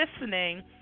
listening